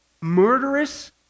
murderous